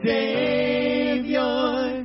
Savior